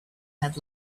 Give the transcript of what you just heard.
had